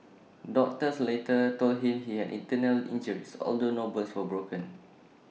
doctors later told him he had internal injuries although no bones were broken